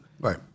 Right